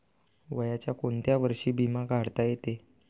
वयाच्या कोंत्या वर्षी बिमा काढता येते?